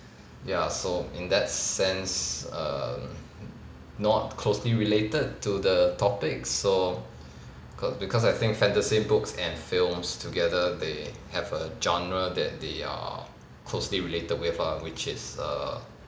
ya so in that sense um not closely related to the topic so cau~ because I think fantasy books and films together they have a genre that they are closely related with ah which is err